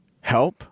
help